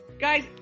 Guys